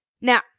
Now